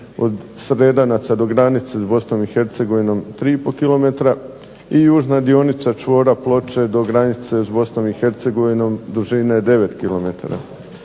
od Sredanaca do granice s Bosnom i Hercegovinom 3,5 km i južna dionica čvora Ploče do granice s Bosnom i Hercegovinom dužine 9